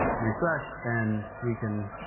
refresh, and we can